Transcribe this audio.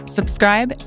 Subscribe